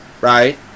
right